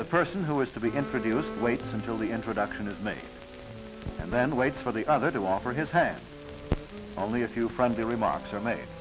the person who is to be introduced waits until the introduction is made and then waits for the other to offer his hand only a few friendly remarks are made